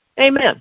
Amen